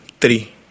Three